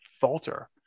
falter